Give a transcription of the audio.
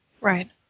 Right